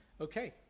Okay